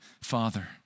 father